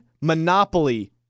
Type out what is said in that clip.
Monopoly